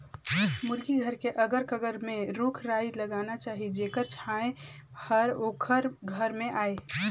मुरगी घर के अगर कगर में रूख राई लगाना चाही जेखर छांए हर ओखर घर में आय